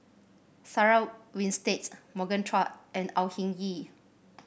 Sarah Winstedt Morgan Chua and Au Hing Yee